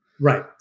Right